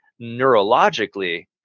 neurologically